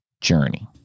journey